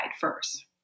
first